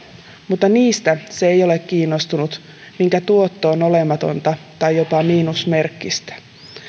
mutta ne eivät ole kiinnostuneita niistä joiden tuotto on olematonta tai jopa miinusmerkkistä